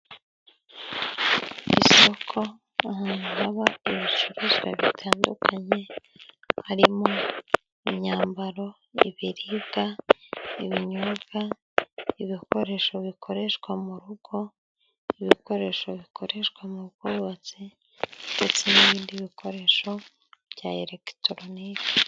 Isoko mu haba ibicuruzwa bitandukanye harimo imyambaro, ibiribwa, ibinyobwa, ibikoresho bikoreshwa mu rugo, ibikoresho bikoreshwa mu bwubatsi, ndetse n'ibindi bikoresho bya elegitoronike.